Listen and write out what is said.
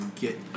get